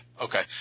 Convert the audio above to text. Okay